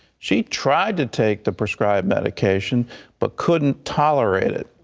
she tried to take the prescribed medication but couldn't tolerate it.